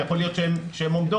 יכול להיות שהן עומדות,